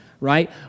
right